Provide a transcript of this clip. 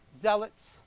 zealots